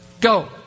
Go